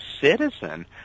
citizen